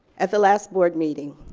at the last board meeting,